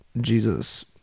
Jesus